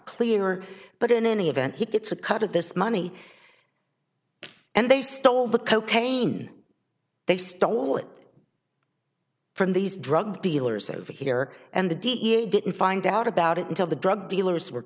clear but in any event he gets a cut of this money and they stole the cocaine they stole it from these drug dealers over here and the d a didn't find out about it until the drug dealers were